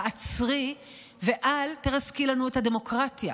תעצרי ואל תרסקי לנו את הדמוקרטיה,